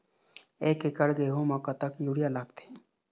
एक एकड़ गेहूं म कतक यूरिया लागथे?